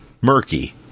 murky